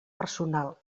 personal